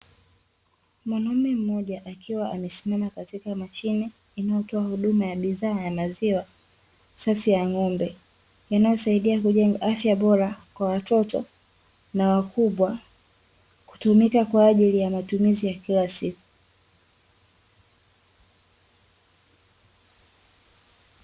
Mwanaume mmoja akiwa amesimama katika mashine inayotoa huduma ya bidhaa ya maziwa safi ya ng'ombe, yanayosaidia kujenga afya bora kwa watoto, na wakubwa kutumika kwa ajili ya matumizi ya kila siku.